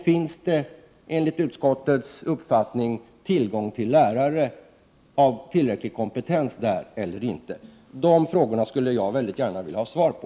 Finns det, enligt utskottsmajoritetens uppfattning, inom ramarna för försöksverksamheten tillgång på lärare av tillräcklig kompetens? Dessa frågor skulle jag mycket gärna vilja ha svar på.